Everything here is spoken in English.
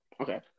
Okay